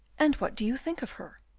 and what do you think of her?